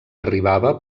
arribava